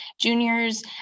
juniors